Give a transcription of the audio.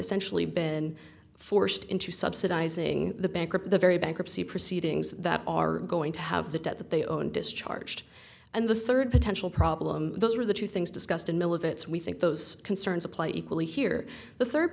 essentially been forced into subsidizing the bankrupt the very bankruptcy proceedings that are going to have the debt that they own discharged and the third potential problem those are the two things discussed in militias we think those concerns apply equally here the third